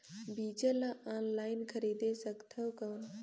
बीजा ला ऑनलाइन खरीदे सकथव कौन?